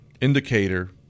indicator